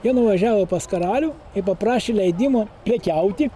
jie nuvažiavo pas karalių ir paprašė leidimo prekiauti